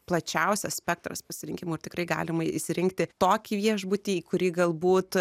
plačiausias spektras pasirinkimų ir tikrai galima išsirinkti tokį viešbutį kurį galbūt